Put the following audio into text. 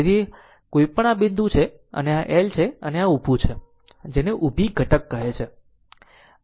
તેથી ક્યાંય પણ આ બિંદુ એ છે અને આ L છે અને આ ઊભું છે જેને ઊભી ઘટક કહે છે N N